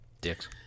Dicks